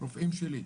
רופאים שלי,